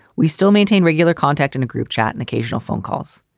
we still maintain regular contact in a group chat and occasional phone calls.